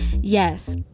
Yes